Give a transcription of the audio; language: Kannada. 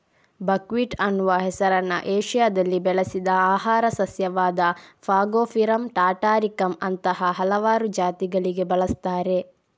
ಬಕ್ವೀಟ್ ಅನ್ನುವ ಹೆಸರನ್ನ ಏಷ್ಯಾದಲ್ಲಿ ಬೆಳೆಸಿದ ಆಹಾರ ಸಸ್ಯವಾದ ಫಾಗೋಪಿರಮ್ ಟಾಟಾರಿಕಮ್ ಅಂತಹ ಹಲವಾರು ಜಾತಿಗಳಿಗೆ ಬಳಸ್ತಾರೆ